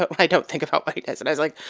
but i don't think about whiteness. and i was like,